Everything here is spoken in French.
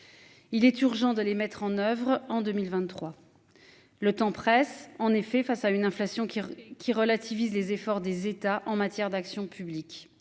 Il est urgent de les mettre en oeuvre en 2023. Le temps presse. En effet face à une inflation qui qui relativise les efforts des États en matière d'action publique